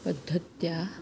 पद्धत्या